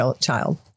child